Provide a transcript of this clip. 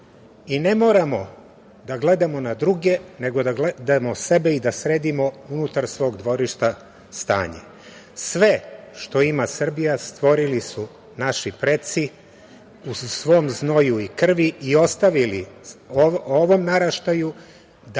I ne moramo da gledamo na druge, nego da gledamo sebe i da sredimo unutar svog dvorišta stanje. Sve što ima Srbija stvorili su naši preci u svom znoju i krvi i ostavili ovom naraštaju da